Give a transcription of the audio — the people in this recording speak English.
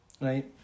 Right